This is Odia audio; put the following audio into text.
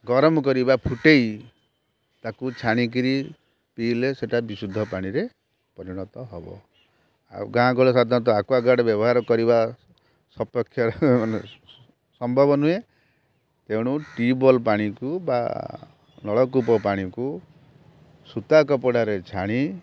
ଗରମ କରି ବା ଫୁଟେଇ ତାକୁ ଛାଣି କିରି ପିଇଲେ ସେଟା ବିଶୁଦ୍ଧ ପାଣିରେ ପରିଣତ ହେବ ଆଉ ଗାଁ ଗହଳିରେ ସାଧାରଣତଃ ଆକ୍ୱାଗାର୍ଡ଼୍ ବ୍ୟବହାର କରିବା ସପକ୍ଷରେ ସମ୍ଭବ ନୁହେଁ ତେଣୁ ଟିଉବ୍ୱେଲ୍ ପାଣିକୁ ବା ନଳକୂପ ପାଣିକୁ ସୂତା କପଡ଼ାରେ ଛାଣି